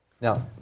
Now